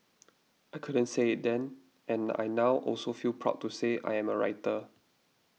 I couldn't say it then and I now also feel proud to say I am a writer